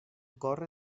corre